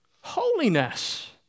Holiness